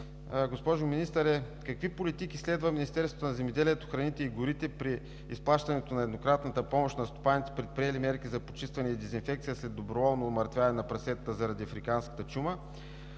госпожо Министър, е: какви политики следва Министерството на земеделието, храните и горите при изплащането на еднократната помощ на стопаните, предприели мерки за почистване и дезинфекция след доброволно умъртвяване на прасетата заради африканската чума?